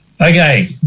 Okay